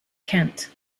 kent